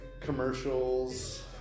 commercials